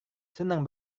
senang